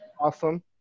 awesome